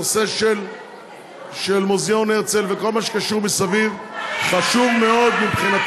הנושא של מוזיאון הרצל וכל מה שקשור מסביב חשוב מאוד